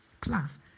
Plus